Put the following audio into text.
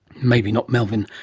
maybe not melvin,